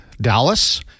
Dallas